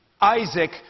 Isaac